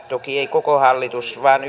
toki ei koko hallituksen vaan